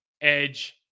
edge